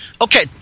Okay